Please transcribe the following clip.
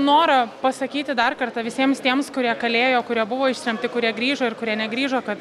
norą pasakyti dar kartą visiems tiems kurie kalėjo kurie buvo ištremti kurie grįžo ir kurie negrįžo kad